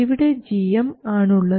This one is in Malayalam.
ഇവിടെ gm ആണുള്ളത്